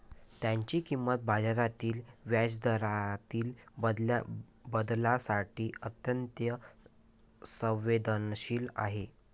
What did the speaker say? त्याची किंमत बाजारातील व्याजदरातील बदलांसाठी अत्यंत संवेदनशील आहे